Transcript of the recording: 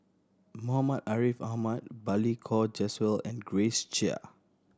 Muhammad Ariff Ahmad Balli Kaur Jaswal and Grace Chia